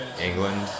England